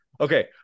Okay